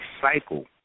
cycle